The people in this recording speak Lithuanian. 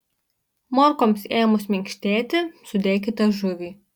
morkoms ėmus minkštėti sudėkite žuvį